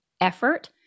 effort